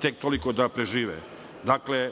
tek toliko da prežive. Dakle,